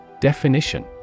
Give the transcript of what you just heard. Definition